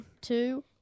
Two